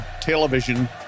television